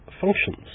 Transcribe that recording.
functions